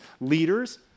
leaders